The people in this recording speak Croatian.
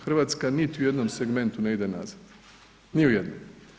Hrvatska niti u jednom segmentu ne ide nazad, ni u jednom.